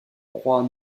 trois